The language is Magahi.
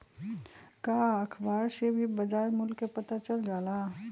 का अखबार से भी बजार मूल्य के पता चल जाला?